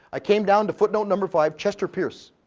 i came down to footnote number five, chester pierce,